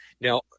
Now